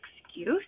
excuse